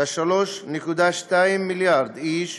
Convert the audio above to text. כ-3.2 מיליארד איש,